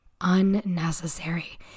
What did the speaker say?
unnecessary